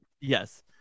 yes